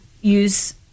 use